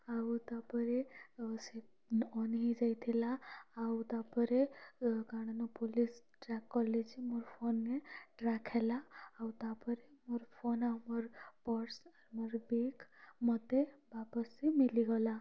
ଆଉ ତା'ପରେ ସେ ଅନ୍ ହେଇଯାଇଥିଲା ଆଉ ତା'ପରେ କାଣାନୁ ପୁଲିସ୍ ଟ୍ରାକ୍ କଲେ ଯେ ମୋର୍ ଫୋନ୍ ନେଁ ଟ୍ରାକ୍ ହେଲା ଆଉ ତା'ପରେ ମୋର୍ ଫୋନ୍ ଆଉ ମୋର୍ ପର୍ସ୍ ଆରୁ ମୋର୍ ବେଗ୍ ମୋତେ ଓ୍ବାପସି ମିଲିଗଲା